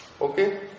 Okay